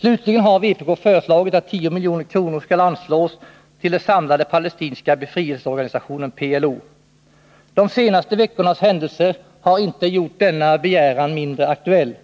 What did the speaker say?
Slutligen har vpk föreslagit att 10 milj.kr. skall anslås till den samlade palestinska befrielseorganisationen PLO. De senaste veckornas händelser har inte gjort denna begäran mindre aktuell.